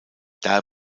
daher